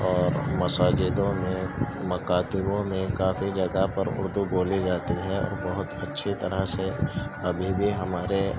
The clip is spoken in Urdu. اور مساجدوں میں مکاتبوں میں کافی جگہ پر اردو بولی جاتی ہے اور بہت اچھی طرح سے ابھی بھی ہمارے